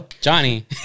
Johnny